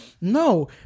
No